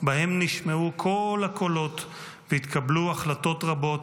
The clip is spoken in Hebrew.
ובהם נשמעו כל הקולות והתקבלו החלטות רבות.